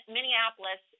Minneapolis